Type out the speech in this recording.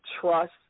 trust